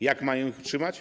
Jak mają ich utrzymać?